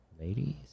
ladies